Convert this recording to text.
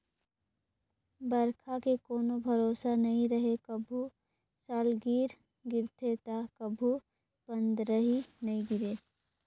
बइरखा के कोनो भरोसा नइ रहें, कभू सालगिरह गिरथे त कभू पंदरही नइ गिरे